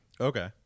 Okay